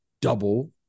double